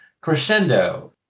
Crescendo